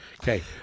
Okay